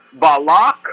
Balak